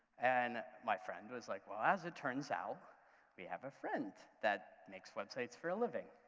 and my friend was like, well, as it turns out we have a friend that makes websites for living,